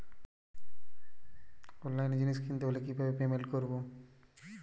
অনলাইনে জিনিস কিনতে হলে কিভাবে পেমেন্ট করবো?